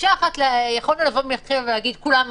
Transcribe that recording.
גישה אחת היא לאפשר באופן גורף את כל מקומות העבודה עד 10